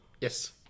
Yes